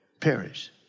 perish